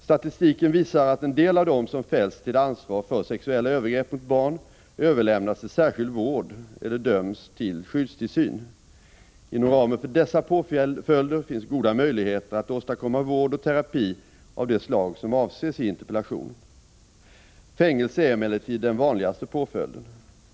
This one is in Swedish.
Statistiken visar att en del av dem som fälls till ansvar för sexuella övergrepp mot barn överlämnas till särskild vård eller döms till skyddstillsyn. Inom ramen för dessa påföljder finns goda möjligheter att åstadkomma vård och terapi av det slag som avses i interpellationen. Fängelse är emellertid den vanligaste påföljden.